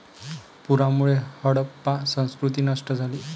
पुरामुळे हडप्पा संस्कृती नष्ट झाली